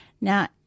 Now